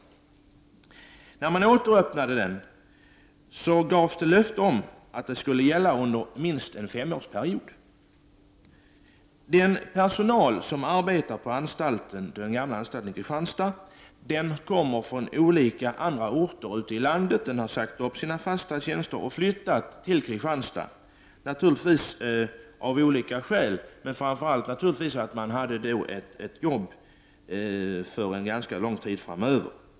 När den åter öppnades gavs löftet att den skulle vara i bruk under minst en femårs period. Den personal som arbetar där kommer från andra orter i landet. De anställda har sagt upp sina fasta tjänster och flyttat till Kristianstad. Skälen härför är naturligtvis av olika slag, men ett skäl är framför allt att man hade ett jobb för ganska lång tid framöver.